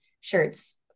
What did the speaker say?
shirts